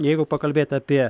jeigu pakalbėt apie